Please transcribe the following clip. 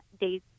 days